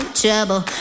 trouble